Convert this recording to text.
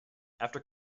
after